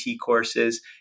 courses